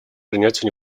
принятию